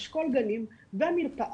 אשכול גנים ומרפאה,